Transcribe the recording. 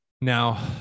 Now